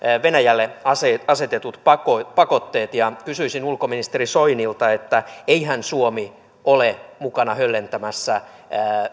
venäjälle asetetut asetetut pakotteet pakotteet ja kysyisin ulkoministeri soinilta eihän suomi ole mukana höllentämässä